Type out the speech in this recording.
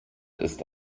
ist